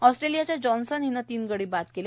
ऑस्ट्रेलियाच्या जॉन्सन हिनं तीन गडी बाद केले